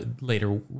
later